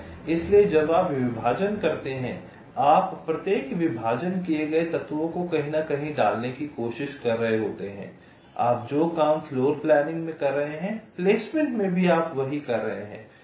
इसलिए जब आप विभाजन करते हैं आप प्रत्येक विभाजन किए गए तत्वों को कहीं न कहीं डालने की कोशिश कर रहे होते हैं आप जो काम फ्लोरप्लानिंग में कर रहे हैं प्लेसमेंट में भी आप वही कर रहे हैं